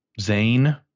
Zane